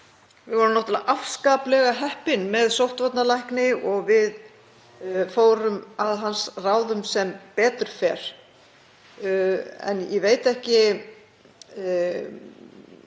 Við vorum náttúrlega afskaplega heppin með sóttvarnalækni og við fórum að hans ráðum sem betur fer, en í því ljósi